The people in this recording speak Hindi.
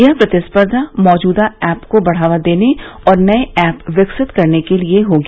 यह प्रतिस्पर्धा मौजूदा ऐप को बढ़ावा देने और नए ऐप विकसित करने के लिए होगी